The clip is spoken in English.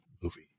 movie